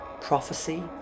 prophecy